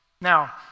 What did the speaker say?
Now